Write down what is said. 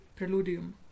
preludium